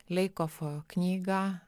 leikofo knygą